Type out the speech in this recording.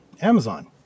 Amazon